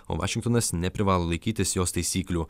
o vašingtonas neprivalo laikytis jos taisyklių